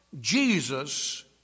Jesus